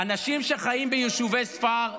אנשים שחיים ביישובי ספר,